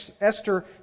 Esther